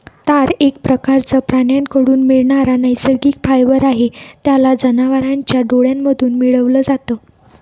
तार एक प्रकारचं प्राण्यांकडून मिळणारा नैसर्गिक फायबर आहे, याला जनावरांच्या डोळ्यांमधून मिळवल जात